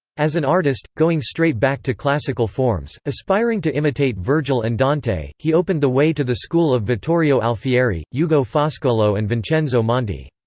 as an artist, going straight back to classical forms, aspiring to imitate virgil and dante, he opened the way to the school of vittorio alfieri, yeah ugo foscolo and vincenzo monti.